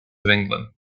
england